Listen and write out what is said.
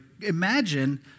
imagine